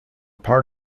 part